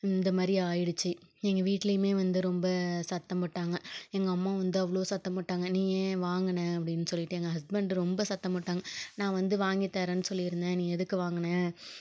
இந்தமாதிரி ஆகிடுச்சு எங்கள் வீட்டுலேயுமே வந்து ரொம்ப சத்தம் போட்டாங்க எங்கள் அம்மா வந்து அவ்வளோ சத்தம் போட்டாங்க நீ ஏன் வாங்கின அப்படின்னு சொல்லிவிட்டு எங்கள் ஹஸ்பண்ட் ரொம்ப சத்தம் போட்டாங்க நான் வந்து வாங்கித் தரேன்னு சொல்லியிருந்தேன் நீ எதுக்கு வாங்கின